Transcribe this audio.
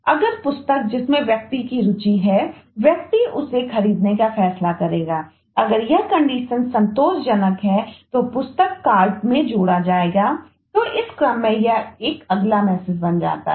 अगर पुस्तक जिसमें व्यक्ति की रूचि थी व्यक्ति उसे खरीदने का फैसला करेगा अगर यह कंडीशनबन जाता है